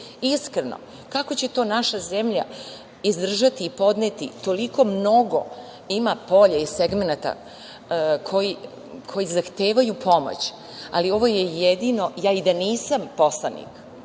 iskreno kako će to naša zemlja izdržati i podneti. Toliko mnogo ima polja i segmenata koji zahtevaju pomoć, ali ovo je jedino.I da nisam poslanik,